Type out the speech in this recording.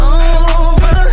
over